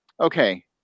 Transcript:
okay